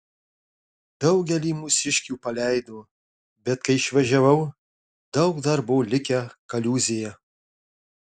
daugelį mūsiškių paleido bet kai išvažiavau daug dar buvo likę kaliūzėje